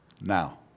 Now